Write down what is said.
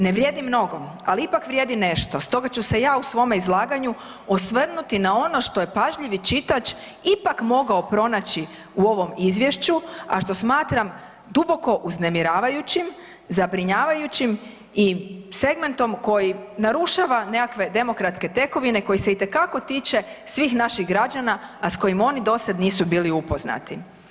Ne vrijedi mnogo, ali ipak vrijedi nešto, stoga ću se ja u svome izlaganju osvrnuti na ono što je pažljivi čitač ipak mogao pronaći u ovom Izvješću, a što smatram duboko uznemiravajućim, zabrinjavajućim i segmentom koji narušava nekakve demokratske tekovine, koji se itekako tiče svih naših građana, a s kojim oni dosad nisu bili upoznati.